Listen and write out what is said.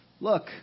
Look